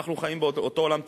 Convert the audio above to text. אנחנו חיים באותו עולם תקשורת,